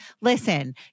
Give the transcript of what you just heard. listen